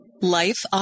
Life